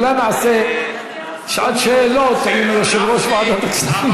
אולי נעשה שעת שאלות עם יושב-ראש ועדת הכספים.